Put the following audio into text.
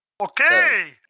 Okay